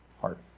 heart